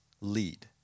lead